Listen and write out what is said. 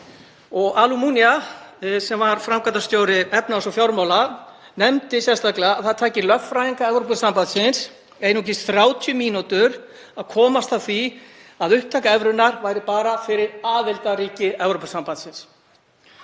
Almunia, sem var framkvæmdastjóri efnahags- og fjármála, nefndi sérstaklega að það tæki lögfræðing Evrópusambandsins einungis 30 mínútur að komast að því að upptaka evrunnar væri bara fyrir aðildarríki Evrópusambandsins.